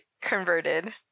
converted